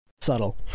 subtle